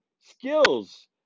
skills